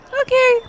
Okay